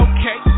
Okay